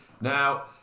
Now